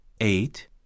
eight